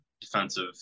defensive